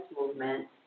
Movement